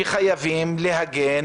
שחייבים להגן